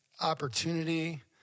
opportunity